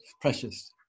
precious